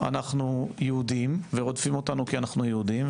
אנחנו יהודים, ורודפים אותנו כי אנחנו יהודים.